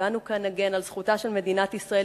ואנו כאן נגן על זכותה של מדינת ישראל